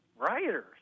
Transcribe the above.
rioters